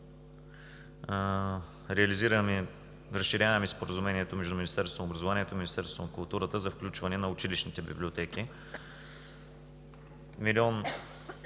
театри. Разширяваме Споразумението между Министерството на образованието и Министерството на културата за включване на училищните библиотеки. Един